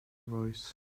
voice